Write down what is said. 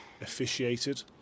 officiated